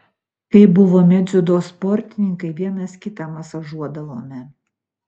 kai buvome dziudo sportininkai vienas kitą masažuodavome